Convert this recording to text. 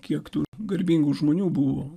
kiek tų garbingų žmonių buvo